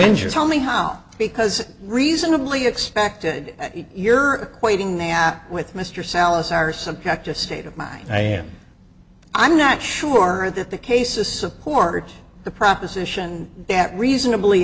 injure tell me how because reasonably expected you're waiting nap with mr salazar some state of mind i am i'm not sure that the case is support the proposition that reasonably